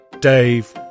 dave